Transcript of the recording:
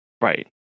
Right